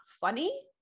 funny